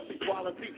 equality